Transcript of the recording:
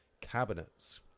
cabinets